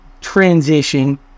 transition